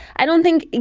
i don't think,